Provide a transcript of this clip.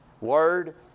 Word